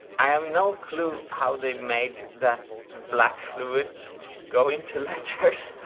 i have no clue how they made that black fluid go into letters.